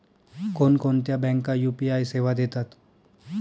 कोणकोणत्या बँका यू.पी.आय सेवा देतात?